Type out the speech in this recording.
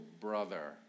brother